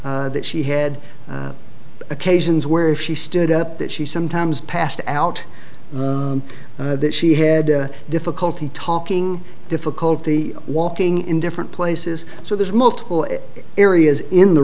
speech that she had occasions where she stood at that she sometimes passed out that she had difficulty talking difficulty walking in different places so there's multiple areas in the